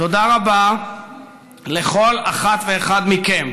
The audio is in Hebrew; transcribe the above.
תודה רבה לכל אחת ואחד מכם,